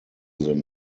than